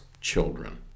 children